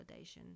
validation